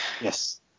Yes